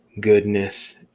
goodness